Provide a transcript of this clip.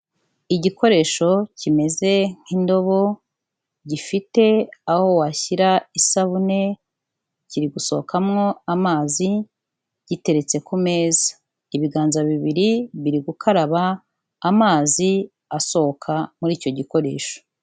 Igikoresho kimeze nk'indobo, gifite aho washyira isabune, kiri gusohokamo amazi, giteretse ku meza. Ibiganza bibiri biri gukaraba, amazi asohoka muri icyo gikoresho.